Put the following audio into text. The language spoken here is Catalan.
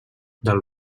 del